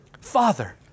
Father